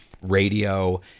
radio